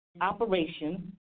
operation